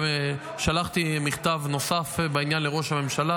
שלחתי מכתב נוסף בעניין לראש הממשלה,